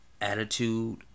attitude